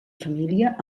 família